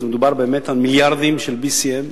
אז מדובר באמת על מיליארדים של BCM,